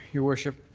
your worship.